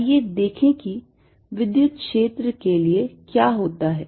आइए देखें कि विद्युत क्षेत्र के लिए क्या होता है